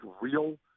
real